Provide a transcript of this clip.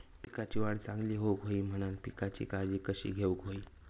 पिकाची वाढ चांगली होऊक होई म्हणान पिकाची काळजी कशी घेऊक होई?